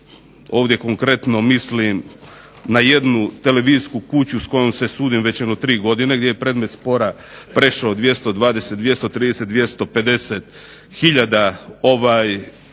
ovdje konkretno mislim na jednu televizijsku kuću s kojom se sudim već jedno 3 godine, gdje je predmet spora prešao 220, 250 hiljada kuna,